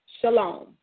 Shalom